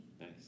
Nice